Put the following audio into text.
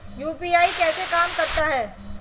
UPI कैसे काम करता है?